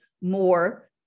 more